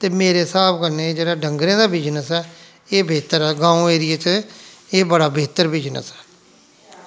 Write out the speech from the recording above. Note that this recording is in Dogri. ते मेरे स्हाब कन्नै जेह्ड़ा डंगरें दा बिजनस ऐ एह् बेह्तर ऐ ग्राएं एरियै च एह् बड़ा बेह्तर बिजनस ऐ